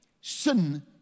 sin